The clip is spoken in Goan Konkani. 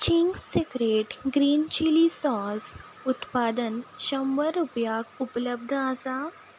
Ching's Secret green chilli sauce उत्पादन शंबर रुपयांक उपलब्ध आसा